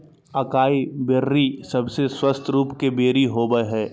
acai berry सबसे स्वस्थ रूप के बेरी होबय हइ